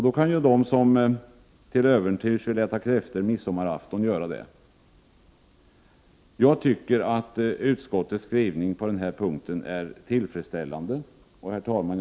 Då kan ju de som till äventyrs vill äta kräftor på midsommarafton göra det. Jag tycker att utskottets skrivning på den här punkten är tillfredsställande. Herr talman!